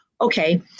Okay